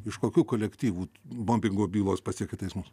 iš kokių kolektyvų mobingo bylos pasiekia teismus